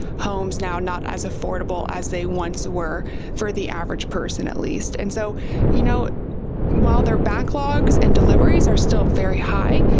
homes now not as affordable as they once were for the average person, person, at least. and so you know while their backlogs and deliveries are still very high,